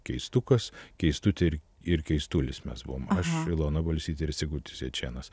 keistukas keistutė ir ir keistuolis mes buvom aš ilona balsytė ir sigutis jačėnas